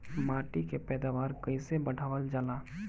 माटी के पैदावार कईसे बढ़ावल जाला?